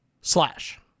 slash